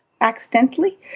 accidentally